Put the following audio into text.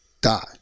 die